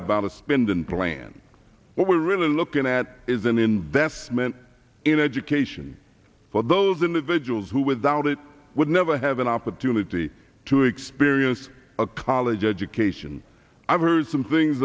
a spending plan what we're really looking at is an investment in education for those individuals who without it would never have an opportunity to experience a college education i've heard some things